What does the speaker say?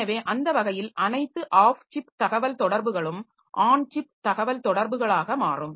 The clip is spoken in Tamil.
எனவே அந்த வகையில் அனைத்து ஆஃப் சிப் தகவல்தொடர்புகளும் ஆன் சிப் தகவல்தொடர்புகளாக மாறும்